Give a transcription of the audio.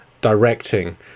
directing